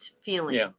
feeling